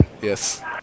Yes